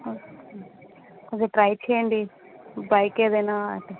కొంచెం ట్రై చెయ్యండి బైక్ ఏదైనా